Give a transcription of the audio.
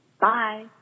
bye